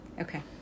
Okay